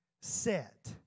set